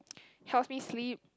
helps me sleep